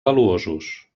valuosos